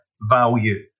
value